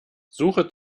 suche